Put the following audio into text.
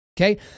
Okay